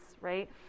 right